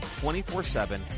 24-7